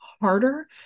harder